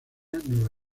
nueva